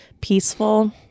peaceful